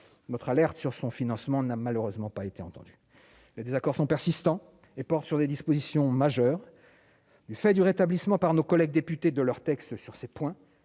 notre alerte sur son financement n'a malheureusement pas été entendu les désaccords sont persistants et porte sur des dispositions majeures du fait du rétablissement par nos collègues députés de leur texte sur ces points,